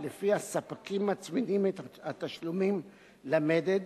שלפיה ספקים מצמידים את התשלומים למדד